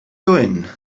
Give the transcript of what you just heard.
doing